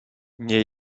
nie